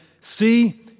See